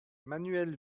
manuel